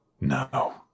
No